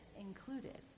included